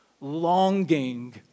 longing